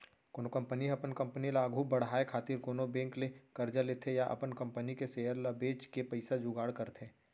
कोनो कंपनी ह अपन कंपनी ल आघु बड़हाय खातिर कोनो बेंक ले करजा लेथे या अपन कंपनी के सेयर ल बेंच के पइसा जुगाड़ करथे